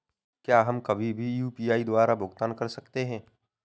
क्या हम कभी कभी भी यू.पी.आई द्वारा भुगतान कर सकते हैं?